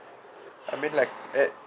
I mean it